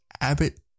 Abbott